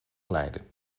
glijden